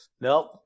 Nope